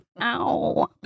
Ow